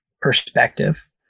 perspective